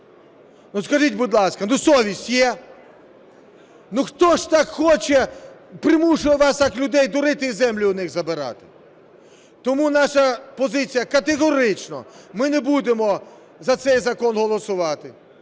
Ну скажіть, будь ласка, ну, совість є? Ну хто ж так хоче, примушує вас так людей дурити і землю у них забирати? Тому наша позиція категорична – ми не будемо за цей закон голосувати.